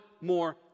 more